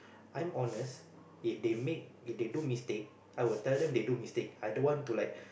I'm honest if they make if they do mistake I'll tell them they do mistake I don't want to like